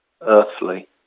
earthly